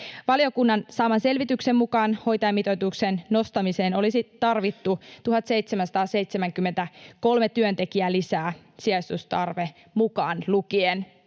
Valiokunnan saaman selvityksen mukaan hoitajamitoituksen nostamiseen olisi tarvittu 1773 työntekijää lisää sijaisuustarve mukaan lukien.